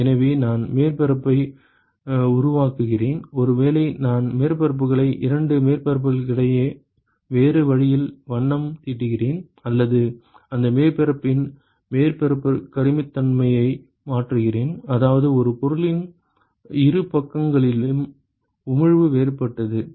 எனவே நான் மேற்பரப்பை உருவாக்குகிறேன் ஒருவேளை நான் மேற்பரப்புகளை இரண்டு மேற்பரப்புகளை வேறு வழியில் வண்ணம் தீட்டுகிறேன் அல்லது அந்த மேற்பரப்பின் மேற்பரப்பு கடினத்தன்மையை மாற்றுகிறேன் அதாவது ஒரே பொருளின் இரு பக்கங்களின் உமிழ்வு வேறுபட்டது